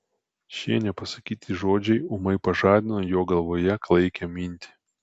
šie nepasakyti žodžiai ūmai pažadino jo galvoje klaikią mintį